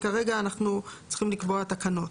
וכרגע אנחנו צריכים לקבוע תקנות.